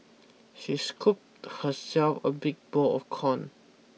she scooped herself a big bowl of corn